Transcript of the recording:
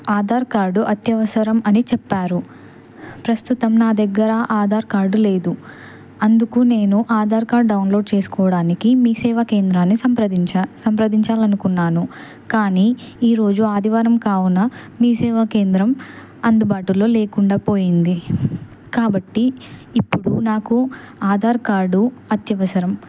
Aadhaar card అత్యవసరం అని చెప్పారు ప్రస్తుతం నా దగ్గర ఆధార్ కార్డు లేదు అందుకు నేను ఆధార్ కార్డు డౌన్లోడ్ చేసుకోవడానికి మీ సేవా కేంద్రాన్ని సంప్రదించాలనుకున్నాను కానీ ఈరోజు ఆదివారం కావున మీ సేవా కేంద్రం అందుబాటులో లేకుండా పోయింది కాబట్టి ఇప్పుడు నాకు ఆధార్ కార్డు అత్యవసరం